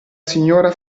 signora